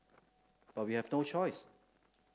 but we have no choice